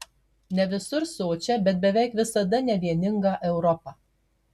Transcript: ne visur sočią bet beveik visada nevieningą europą